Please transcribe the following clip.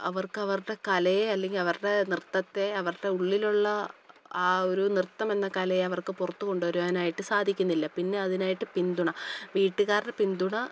അവർക്ക് അവരുടെ കലയെ അല്ലെങ്കില് അവരുടെ നൃത്തത്തെ അവരുടെ ഉള്ളിലുള്ള ആ ഒരു നൃത്തമെന്ന കലയെ അവർക്ക് പുറത്ത് കൊണ്ടുവരുവാനായിട്ട് സാധിക്കുന്നില്ല പിന്നെ അതിനായിട്ട് പിന്തുണ വീട്ടുകാരുടെ പിന്തുണ